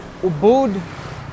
ubud